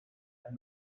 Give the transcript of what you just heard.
and